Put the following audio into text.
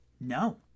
No